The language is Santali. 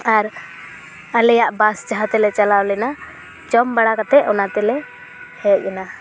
ᱟᱨ ᱟᱞᱮᱭᱟᱜ ᱵᱟᱥ ᱡᱟᱦᱟᱸ ᱛᱮᱞᱮ ᱪᱟᱞᱟᱣ ᱞᱮᱱᱟ ᱡᱚᱢ ᱵᱟᱲᱟ ᱠᱟᱛᱮ ᱚᱱᱟ ᱛᱮᱞᱮ ᱦᱮᱡ ᱮᱱᱟ